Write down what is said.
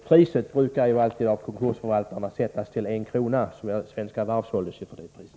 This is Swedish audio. Priset brukar alltid av konkursförvaltarna sättas till en krona — Svenska Varv såldes ju för det priset.